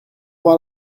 voir